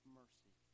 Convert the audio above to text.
mercy